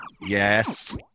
yes